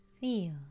Feel